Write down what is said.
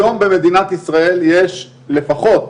היום במדינת ישראל יש לפחות